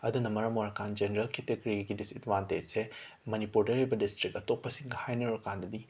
ꯑꯗꯨꯅ ꯃꯔꯝ ꯑꯣꯏꯔꯀꯥꯟꯗ ꯖꯦꯅꯔꯦꯜ ꯀꯦꯇꯒꯔꯤꯒꯤ ꯗꯤꯁꯑꯦꯠꯕꯥꯟꯇꯦꯁꯁꯦ ꯃꯅꯤꯄꯨꯔꯗ ꯂꯩꯔꯤꯕ ꯗꯤꯁꯇ꯭ꯔꯤꯛ ꯑꯇꯣꯞꯄꯁꯤꯡꯒ ꯍꯥꯏꯅꯔꯨꯕ ꯀꯥꯟꯗꯗꯤ